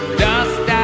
dust